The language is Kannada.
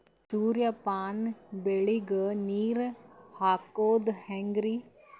ಸೂರ್ಯಪಾನ ಬೆಳಿಗ ನೀರ್ ಹಾಕೋದ ಹೆಂಗರಿ?